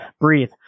breathe